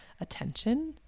attention